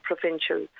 provincial